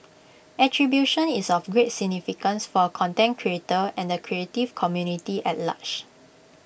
attribution is of great significance for A content creator and the creative community at large